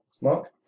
Mark